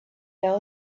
fell